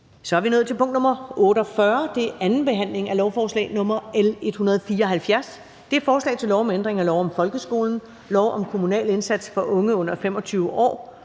næste punkt på dagsordenen er: 48) 2. behandling af lovforslag nr. L 174: Forslag til lov om ændring af lov om folkeskolen, lov om kommunal indsats for unge under 25 år,